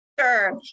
Sure